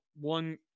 one